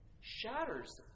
shatters